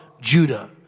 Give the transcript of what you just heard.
Judah